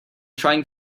trying